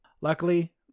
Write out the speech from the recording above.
Luckily